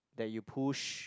that you push